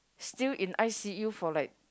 still in i_c_u for like